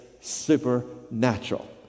supernatural